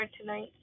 tonight